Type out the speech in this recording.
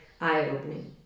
eye-opening